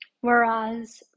Whereas